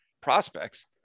prospects